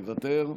מוותר,